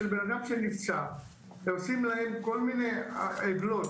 אנשים שנפצעו ועושים להם כל מיני עוולות.